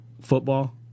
football